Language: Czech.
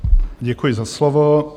Děkuji za slovo.